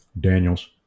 Daniels